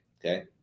okay